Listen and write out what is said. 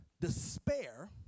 despair